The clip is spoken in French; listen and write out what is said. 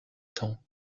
temps